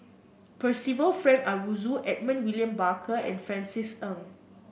Percival Frank Aroozoo Edmund William Barker and Francis Ng